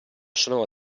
sonora